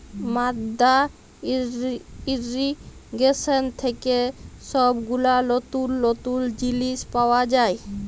মাদ্দা ইর্রিগেশন থেক্যে সব গুলা লতুল লতুল জিলিস পাওয়া যায়